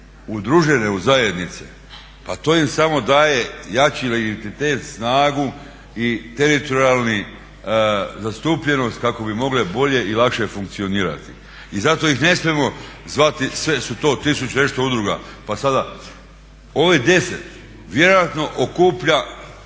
udružene u zajednice pa to im samo daje jači … snagu i teritorijalnu zastupljenost kako bi mogle bolje i lakše funkcionirati. I zato ih ne smijemo sve su to tisuću i nešto udruga, pa sada, ovih 10 vjerojatno okuplja